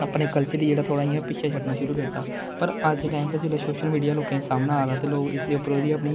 अपने कल्चर गी जेहड़ा थोह्ड़ा इयां पिच्छै छडना शुरु करी दित्ता् पर अज्ज दे टाइम उप्पर सोशल मिडिया लोकें दे सामने आरदा ते लोक इसदे उप्पर बी अपनी